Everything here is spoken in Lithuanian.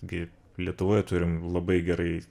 gi lietuvoje turim labai gerai